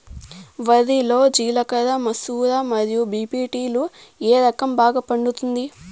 వరి లో జిలకర మసూర మరియు బీ.పీ.టీ లు ఏ రకం బాగా పండుతుంది